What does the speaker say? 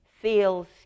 feels